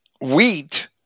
wheat